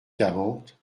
quarante